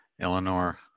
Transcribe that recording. Eleanor